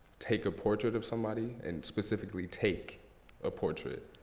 take a portrait of somebody and specifically take a portrait,